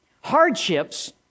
Hardships